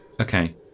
Okay